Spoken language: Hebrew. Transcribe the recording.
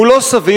הוא לא סביר,